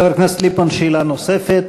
לחבר הכנסת ליפמן יש שאלה נוספת.